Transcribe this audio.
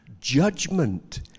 judgment